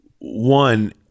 one